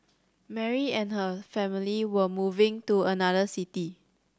Mary and her family were moving to another city